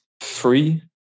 three